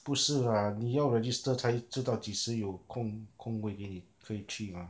不是 lah 你要 register 才知道到几时有空空位给你可以去 mah